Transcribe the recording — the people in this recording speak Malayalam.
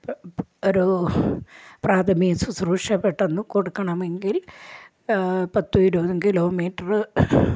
പ ഒരു പ്രാഥമിക ശുശ്രൂഷ പെട്ടെന്ന് കൊടുക്കണമെങ്കിൽ പത്തും ഇരുപതും കിലോമീറ്റർ